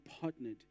partnered